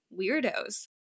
weirdos